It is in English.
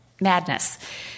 Madness